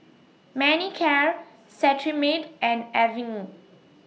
Manicare Cetrimide and Avene